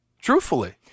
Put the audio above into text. truthfully